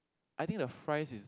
I think the fries is